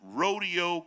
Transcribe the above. rodeo